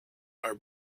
are